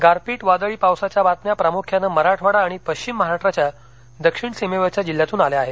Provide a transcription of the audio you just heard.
गारपीट वादळी पावसाच्या बातम्या प्रामुख्यानं मराठवाडा आणि पश्चिम महाराष्ट्राच्या दक्षिण सीमेवरच्या जिल्ह्यांतून आल्या आहेत